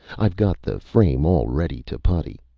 i've got the frame all ready to putty.